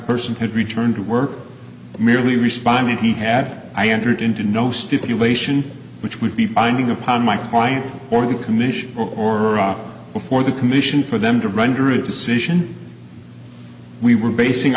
person could return to work merely responding to me had i entered into no stipulation which would be binding upon my client or the commission or iraq before the commission for them to render a decision we were basing